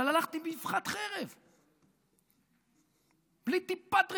אבל הלכתם באבחת חרב, בלי טיפת רגישות,